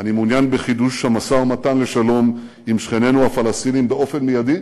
אני מעוניין בחידוש המשא-ומתן לשלום עם שכנינו הפלסטינים באופן מיידי,